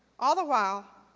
all the while,